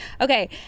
okay